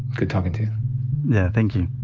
good talkin' to you. yeah, thank you.